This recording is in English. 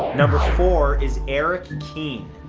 number four is erik keene.